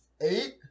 Eight